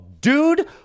Dude